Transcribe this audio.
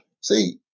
see